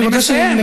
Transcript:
אני מסיים.